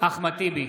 אחמד טיבי,